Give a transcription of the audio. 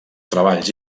treballs